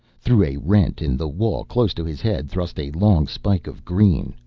through a rent in the wall close to his head thrust a long spike of green,